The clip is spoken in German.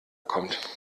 kommt